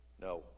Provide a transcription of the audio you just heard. No